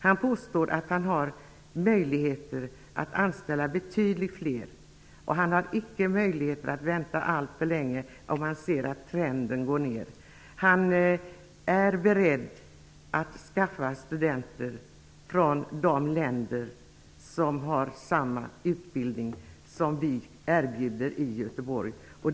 Han påstår att han har möjligheter att anställa betydligt fler, men han har icke möjligheter att vänta alltför länge om han ser att trenden går ner. Han är beredd att skaffa studenter från de länder som har samma utbildning som vi erbjuder i Göteborg.